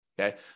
okay